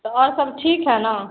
तो और सब ठीक है न